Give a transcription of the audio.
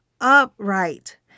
upright